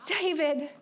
David